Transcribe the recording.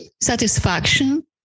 Satisfaction